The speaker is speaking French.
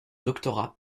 doctorat